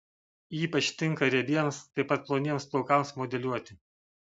ypač tinka riebiems taip pat ploniems plaukams modeliuoti